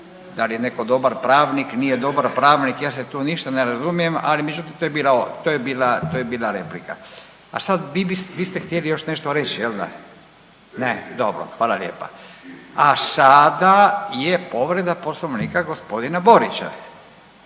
dal je neko dobar pravnik, nije dobar pravnik ja se tu ništa ne razumijem, ali međutim to je bila replika. A sad vi ste htjeli još nešto reć jel da? Ne, dobro. Hvala lijepa. A sada je povreda poslovnika g. Borića.